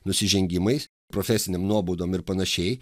nusižengimais profesinėm nuobaudom ir panašiai